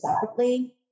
separately